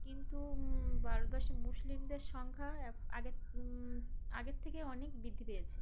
কিন্তু ভারতবর্ষে মুসলিমদের সংখ্যা আগের আগের থেকে অনেক বৃদ্ধি পেয়েছে